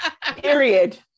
Period